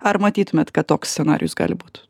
ar matytumėt kad toks scenarijus gali būt